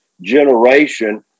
generation